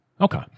Okay